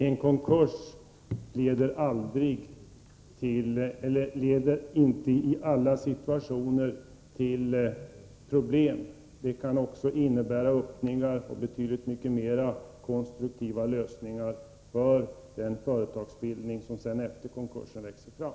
Fru talman! En konkurs leder inte i alla situationer till problem. Den kan också innebära öppningar och betydligt mera av konstruktiva lösningar för den företagsbildning som efter konkursen växer fram.